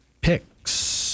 picks